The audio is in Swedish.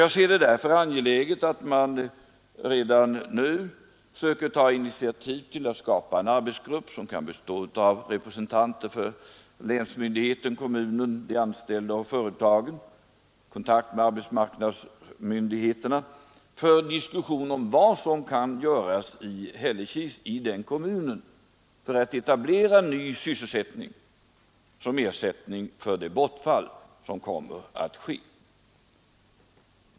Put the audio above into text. Jag anser det därför angeläget att man redan nu försöker ta initiativ till att skapa en arbetsgrupp, som kan bestå av representanter för länsmyndigheten, kommunen, de anställda och företaget, och att man försöker hålla kontakt med arbetsmarknadsmyndigheterna för diskussion om vad som kan göras i kommunen för att etablera ny sysselsättning som ersättning för detta bortfall.